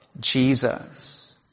Jesus